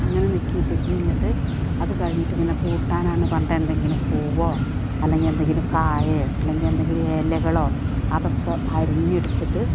അങ്ങനെ നീക്കിയിട്ട് നിന്നിട്ട് അതു കഴിഞ്ഞിട്ട് പിന്നെ കൂട്ടാനാണെന്നു പറഞ്ഞിട്ടെന്തെങ്കിലും പൂവോ അല്ലെങ്കിൽ എന്തെങ്കിലും കായയോ അല്ലെങ്കിൽ എന്തെങ്കിലും ഇലകളോ അതൊക്കെ അരിഞ്ഞെടുത്തിട്ട്